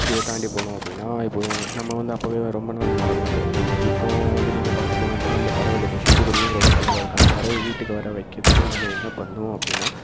இதை தாண்டி போனோம் அப்படின்னா இப்போ நம்ம வந்து அப்போவே ரொம்ப நாள் முன்னால் பார்த்துருப்போம் இப்போது வந்து நீங்கள் பார்த்துருப்பீங்களான்னு தெரியலை இந்த பறவை தெரியும் சிட்டுக்குருவின்னு ஒரு பறவை இருக்குது அந்த பறவையை வீட்டுக்கு வர வைக்கிறதுக்கு நாம் என்ன பண்ணுவோம் அப்படின்னா